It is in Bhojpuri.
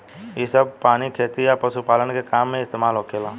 इ सभ पानी खेती आ पशुपालन के काम में इस्तमाल होखेला